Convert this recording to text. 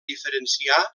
diferenciar